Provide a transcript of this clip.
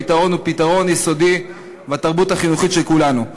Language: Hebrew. הפתרון הוא פתרון יסודי בתרבות החינוכית של כולנו.